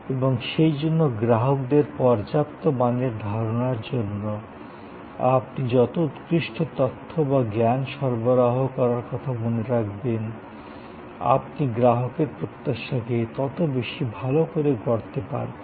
এবং সেইজন্য গ্রাহকদের পর্যাপ্ত মানের ধারণার জন্য আপনি যত উৎকৃষ্ট তথ্য বা জ্ঞান সরবরাহ করার কথা মনে রাখবেন আপনি গ্রাহকের প্রত্যাশাকে তত বেশি ভাল করে গড়তে পারবেন